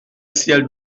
ciel